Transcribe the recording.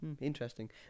interesting